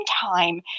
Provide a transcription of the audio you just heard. time